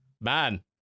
Man